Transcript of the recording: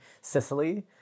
Sicily